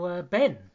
Ben